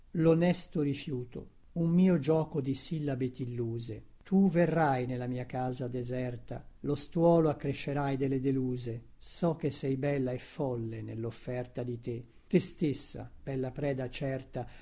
controllato lonesto rifiuto un mio gioco di sillabe tilluse tu verrai nella mia casa deserta lo stuolo accrescerai delle deluse so che sei bella e folle nellofferta di te te stessa bella preda certa